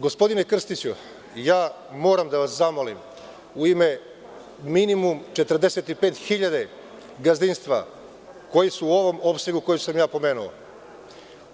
Gospodine Krstiću, moram da vas zamolim u ime minimum 45.000 gazdinstava koji su u ovom opsegu koji sam pomenuo,